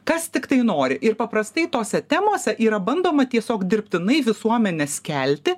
kas tiktai nori ir paprastai tose temose yra bandoma tiesiog dirbtinai visuomenes kelti